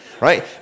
right